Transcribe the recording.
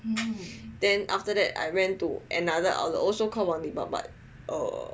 then after that I went to another outlet also called Wang Dae Bak